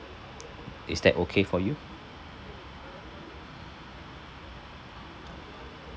is that okay for you